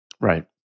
Right